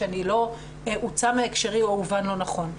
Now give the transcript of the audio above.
שלא אוצא מהקשרי או אובן לא נכון.